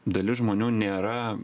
dalis žmonių nėra